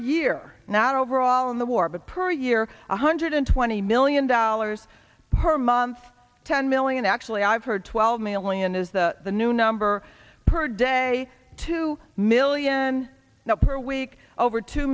year not overall in the war but per year one hundred twenty million dollars per month ten million actually i've heard twelve million is the new number per day two million not true week over two